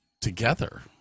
together